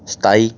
ਸਤਾਈ